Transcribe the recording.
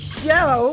show